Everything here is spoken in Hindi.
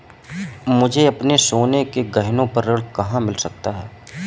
मुझे अपने सोने के गहनों पर ऋण कहाँ मिल सकता है?